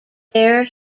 fair